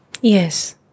Yes